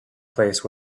place